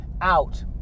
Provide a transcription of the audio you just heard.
out